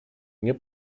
nie